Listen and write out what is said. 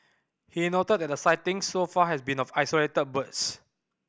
he noted that the sightings so far has been of isolated birds